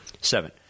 Seven